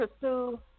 Pursue